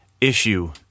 issue